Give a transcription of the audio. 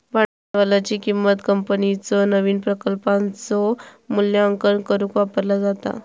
भांडवलाची किंमत कंपनीच्यो नवीन प्रकल्पांचो मूल्यांकन करुक वापरला जाता